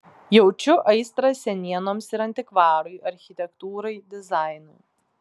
jaučiu aistrą senienoms ir antikvarui architektūrai dizainui